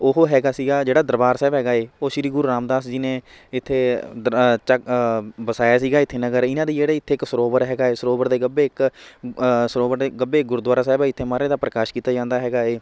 ਉਹ ਹੈਗਾ ਸੀਗਾ ਜਿਹੜਾ ਦਰਬਾਰ ਸਾਹਿਬ ਹੈਗਾ ਏ ਉਹ ਸ਼੍ਰੀ ਗੁਰੂ ਰਾਮਦਾਸ ਜੀ ਨੇ ਇੱਥੇ ਦ੍ਰ ਚੱ ਵਸਾਇਆ ਸੀਗਾ ਇੱਥੇ ਨਗਰ ਇਹਨਾਂ ਦੇ ਜਿਹੜੇ ਇੱਥੇ ਇੱਕ ਸਰੋਵਰ ਹੈਗਾ ਸਰੋਵਰ ਦੇ ਗੱਬੇ ਇੱਕ ਸਰੋਵਰ ਦੇ ਗੱਬੇ ਗੁਰਦੁਆਰਾ ਸਾਹਿਬ ਹੈ ਇੱਥੇ ਮਹਾਰਾਜ ਦਾ ਪ੍ਰਕਾਸ਼ ਕੀਤਾ ਜਾਂਦਾ ਹੈਗਾ ਏ